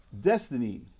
Destiny